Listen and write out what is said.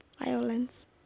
violence